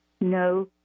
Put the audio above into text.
No